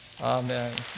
Amen